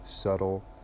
Subtle